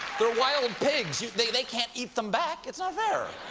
they're wild pigs. they they can't eat them back. it's not fair.